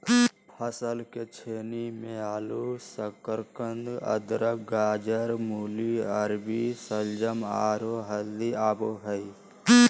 फसल के श्रेणी मे आलू, शकरकंद, अदरक, गाजर, मूली, अरबी, शलजम, आरो हल्दी आबो हय